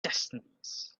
destinies